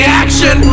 action